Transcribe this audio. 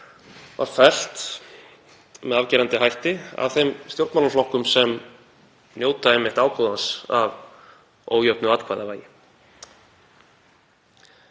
var felld með afgerandi hætti af þeim stjórnmálaflokkum sem njóta einmitt ágóðans af ójöfnu atkvæðavægi.